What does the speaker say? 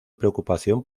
preocupación